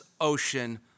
ocean